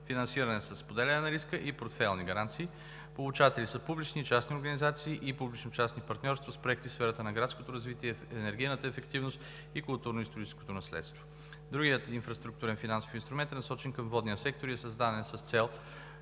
финансиране със споделяне на риска и портфейлни гаранции. Получатели са публични и частни организации и публично-частни партньорства с проекти в сферата на градското развитие, енергийна ефективност и културно-историческо наследство. Другият инфраструктурен финансов инструмент е насочен към водния сектор и е създаден с цел